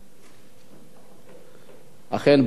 אכן, בעד, 8, אין מתנגדים.